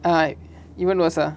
ah even worse ah